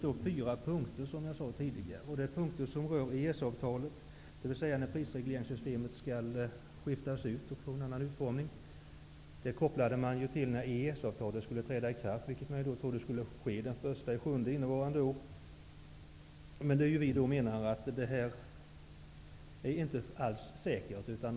De fyra punkter som vi tar upp i vår motion gäller EES-avtalet, enligt vilket prisregleringssystemet skall ges en annan utformning. Man trodde tidigare att EES-avtalet skulle träda i kraft den 1 juli detta år, men vi menar att det inte alls är säkert.